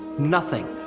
nothing.